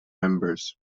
members